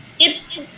It's-